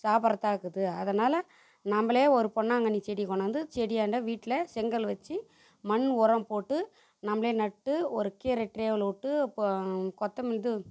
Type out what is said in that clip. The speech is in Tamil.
சாப்பிட்றதா இருக்குது அதனாலே நம்பளே ஒரு பொன்னாங்கண்ணிச் செடி கொண்டாந்து செடியாண்ட வீட்டில் செங்கல் வச்சு மண் உரம் போட்டு நம்பளே நட்டு ஒரு கீரை ட்ரேவில் விட்டு இப்போ கொத்தமல்லி இது